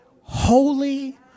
Holy